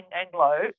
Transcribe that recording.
Anglo